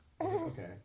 Okay